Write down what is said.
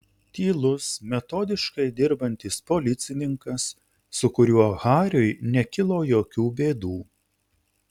tylus metodiškai dirbantis policininkas su kuriuo hariui nekilo jokių bėdų